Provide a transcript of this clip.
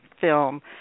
film